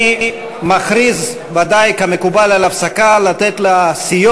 אני מכריז, ודאי כמקובל, על הפסקה כדי לתת לסיעות